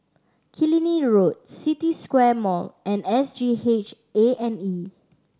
Killiney Road City Square Mall and S G H A and E